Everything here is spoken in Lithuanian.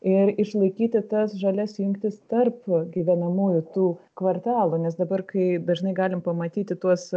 ir išlaikyti tas žalias jungtis tarp gyvenamųjų tų kvartalų nes dabar kai dažnai galim pamatyti tuos